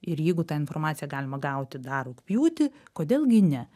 ir jeigu tą informaciją galima gauti dar rugpjūtį kodėl gi ne